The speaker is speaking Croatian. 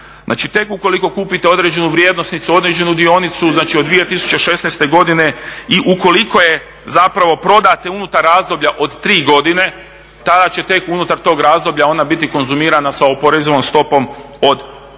tek ukoliko kupite određenu vrijednosnicu, određenu dionicu, znači od 2016. godine i ukoliko je zapravo prodate unutar razdoblja od 3 godine tada će tek unutar tog razdoblja ona biti konzumirana sa oporezivom stopom od 12%.